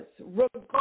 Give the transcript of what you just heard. Regardless